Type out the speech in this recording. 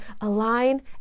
align